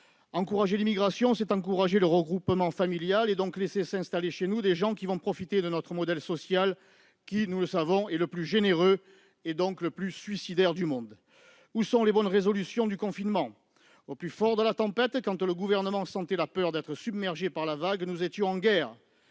Encourager l'immigration, c'est encourager le regroupement familial et, donc, laisser s'installer chez nous des gens qui vont profiter de notre modèle social. Nous le savons, celui-ci est le plus généreux et, en conséquence, le plus suicidaire du monde. Où sont les bonnes résolutions du confinement ? Au plus fort de la tempête, quand le Gouvernement sentait la peur d'être submergé par la vague, nous étions en guerre.